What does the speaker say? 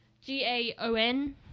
G-A-O-N